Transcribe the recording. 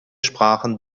sprachen